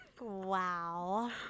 wow